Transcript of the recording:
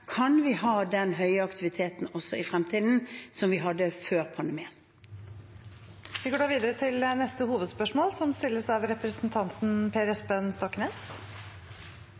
Kan vi ha den høye aktiviteten også i fremtiden som vi hadde før pandemien? Vi går videre til neste hovedspørsmål.